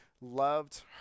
loved